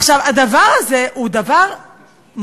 עכשיו, הדבר הזה הוא דבר מטריד,